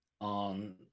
on